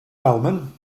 wellman